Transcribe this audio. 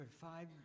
five